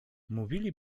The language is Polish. mówili